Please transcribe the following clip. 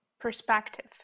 perspective